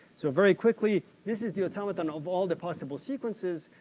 so, very quickly, this is the automaton of all the possible sequences.